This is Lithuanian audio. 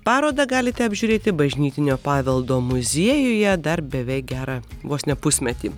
parodą galite apžiūrėti bažnytinio paveldo muziejuje dar beveik gerą vos ne pusmetį